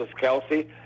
Kelsey